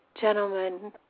Gentlemen